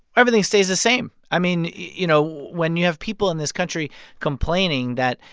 everything stays the same. i mean, you know, when you have people in this country complaining that,